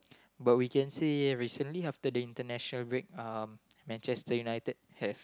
but we can say recently after the international break um Manchester-United have